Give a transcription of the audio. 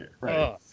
right